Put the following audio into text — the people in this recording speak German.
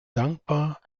dankbar